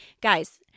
Guys